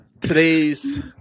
today's